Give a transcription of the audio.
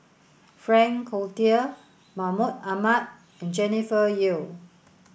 Frank Cloutier Mahmud Ahmad and Jennifer Yeo